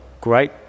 great